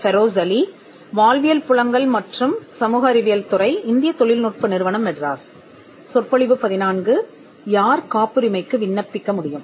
காப்புரிமைக்கு யார் விண்ணப்பிக்க முடியும்